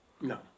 No